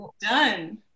done